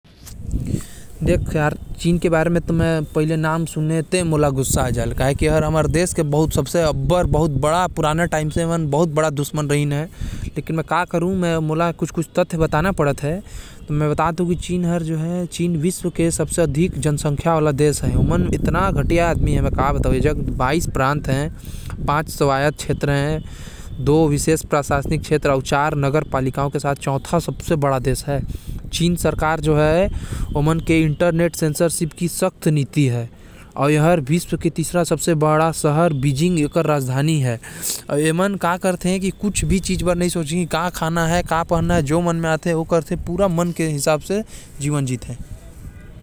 चीन विश्व के सबसे ज्यादा जनसंख्या वाला देश हवे। चीन के बाइस प्रांत, पांच सौ आयात क्षेत्र, दु विशेष प्रशासनिक क्षेत्र अउ चार नगर पालिका के साथ चौथा सबसे बड़का देश हवे। चीन सरकार के इंटरनेट सेंसरशिप के सख्त नीति हवे अउ एकर राजधानी बेजिंग हवे।